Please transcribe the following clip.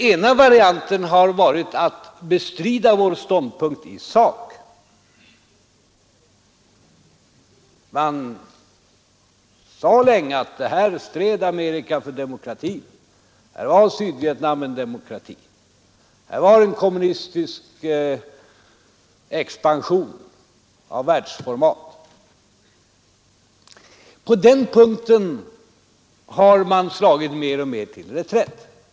En har varit att bestrida vår ståndpunkt i sak. Man påstod länge att USA stred för demokratin, att Sydvietnam var en demokrati och att det gällde kommunistisk expansion av världsformat. På den punkten har man mer och mer slagit till reträtt.